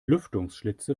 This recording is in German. lüftungsschlitze